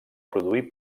produir